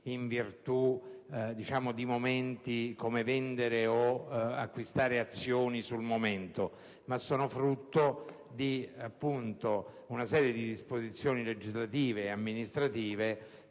in virtù della vendita o dell'acquisto di azioni sul momento, ma sono il frutto di una serie di disposizioni legislative e amministrative